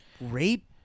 rape